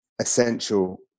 essential